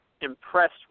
impressed